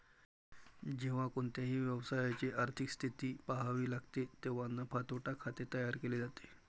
जेव्हा कोणत्याही व्यवसायाची आर्थिक स्थिती पहावी लागते तेव्हा नफा तोटा खाते तयार केले जाते